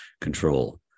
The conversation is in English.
control